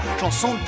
chanson